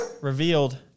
revealed